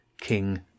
King